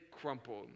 crumpled